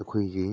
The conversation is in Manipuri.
ꯑꯩꯈꯣꯏꯒꯤ